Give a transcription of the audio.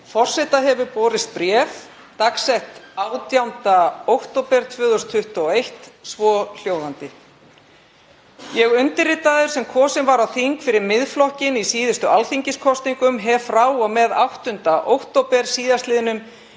Forseta hefur borist bréf, dagsett 18. október 2021, svohljóðandi: „Ég undirritaður, sem kosinn var á þing fyrir Miðflokkinn í síðustu alþingiskosningum, hef frá og með 8. október síðastliðnum